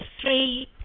three